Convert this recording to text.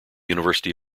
university